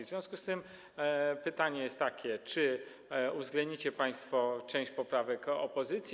W związku z tym pytanie jest takie: Czy uwzględnicie państwo część poprawek opozycji?